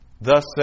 thus